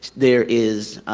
there is,